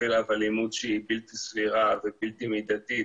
מפעיל עליו אלימות שהיא בלתי סבירה ובלתי מידתית,